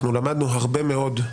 אנחנו למדנו הרבה מאוד.